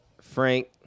Frank